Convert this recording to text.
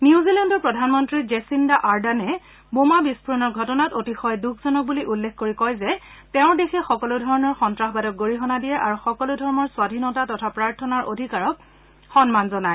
নিউজিলেণ্ডৰ প্ৰধানমন্ত্ৰী জেছিণ্ডা আৰ্ডানে বোমা বিস্ফোৰণৰ ঘটনাত অতিশয় দুখজনক বুলি উল্লেখ কৰি কয় যে তেওঁৰ দেশে সকলো ধৰণৰ সন্ত্ৰাসবাদক গৰিহণা দিয়ে আৰু সকলো ধৰ্মৰ স্বাধীনতা তথা প্ৰাৰ্থনাৰ অধিকাৰক সন্মান জনায়